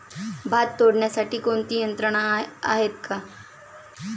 भात तोडण्यासाठी कोणती यंत्रणा आहेत का?